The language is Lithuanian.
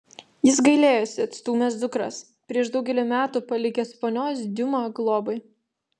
jis gailėjosi atstūmęs dukras prieš daugelį metų palikęs ponios diuma globai